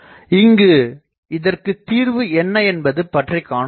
இங்கு இதற்குத் தீர்வு என்ன என்பது பற்றிக் காணுதல் வேண்டும்